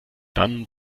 dann